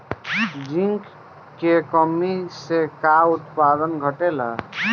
Zinc की कमी से का उत्पादन घटेला?